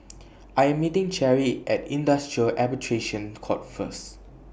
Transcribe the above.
I Am meeting Cherry At Industrial Arbitration Court First